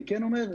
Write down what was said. אני כן אומר,